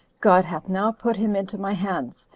god hath now put him into my hands,